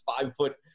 five-foot